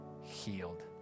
healed